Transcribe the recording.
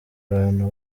bantu